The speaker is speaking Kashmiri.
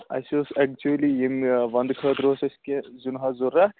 اسہِ اوس ایکچُولی ییٚمہِ وندٕ خٲطرٕ اوس اسہِ کیٚنٛہہ زیُن حظ ضروٗرت